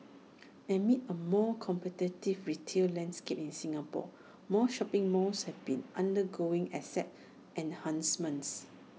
amid A more competitive retail landscape in Singapore more shopping malls have been undergoing asset enhancements